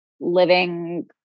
living